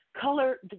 Color